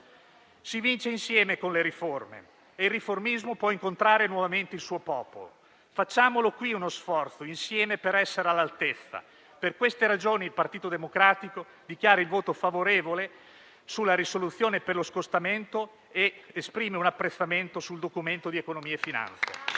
Si vince insieme con le riforme e il riformismo può incontrare nuovamente il suo popolo. Facciamo qui uno sforzo insieme per essere all'altezza. Per queste ragioni, il Gruppo Partito Democratico dichiara il voto favorevole sulla risoluzione per lo scostamento e esprime un apprezzamento sul Documento di economia e finanza.